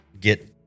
get